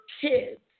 kids